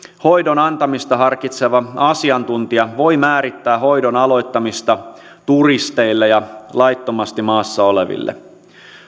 hoidon antamista harkitseva asiantuntija voi määrittää hoidon aloittamista turisteille ja laittomasti maassa oleville